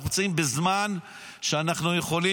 אנחנו נמצאים בזמן שאנחנו יכולים